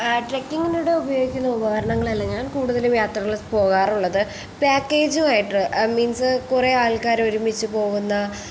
ട്രക്കിങ്ങിനൂടെ ഉപയോഗിക്കുന്ന ഉപകരണങ്ങളല്ല ഞാൻ കൂടുതൽ യാത്രകൾ പോകാറുള്ളത് പാക്കേജ് ആയിട്ട് മീൻസ് കുറേ ആൾക്കാർ ഒരുമിച്ചു പോകുന്ന